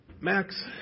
Max